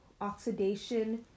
oxidation